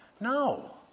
No